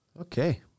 Okay